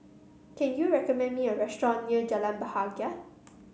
can you recommend me a restaurant near Jalan Bahagia